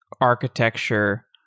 architecture